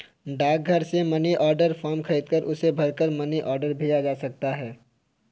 डाकघर से money order form खरीदकर उसे भरकर मनी ऑर्डर भेजा जा सकता है